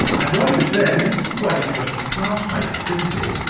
and while he was there he had some quite interesting classmates, didn't he?